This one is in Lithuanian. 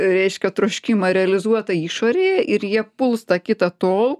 reiškia troškimą realizuotą išorėje ir jie puls tą kitą tol